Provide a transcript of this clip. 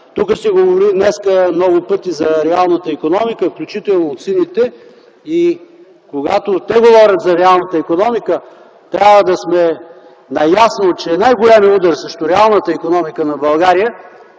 Тук се говори днес много пъти за реалната икономика, включително и от сините. Когато те говорят за реалната икономика, трябва да сме наясно, че най-големият удар срещу реалната икономика на България